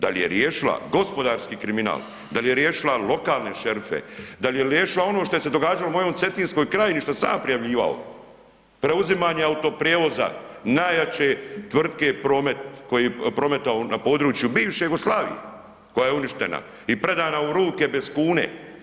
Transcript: Da li je riješila gospodarski kriminal, da li je riješila lokalne šerife, da li je riješila ono što je se događalo u mojoj Cetinskoj krajini što sam ja prijavljivao, preuzimanje autoprijevoza najjače tvrtke Promet, koji je prometovao na području bivše Jugoslavije koja je uništena i predana u ruke bez kune?